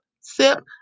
sip